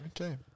Okay